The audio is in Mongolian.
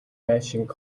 байшинг